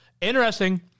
interesting